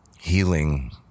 healing